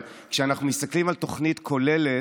אבל כשאנחנו מסתכלים על תוכנית כוללת,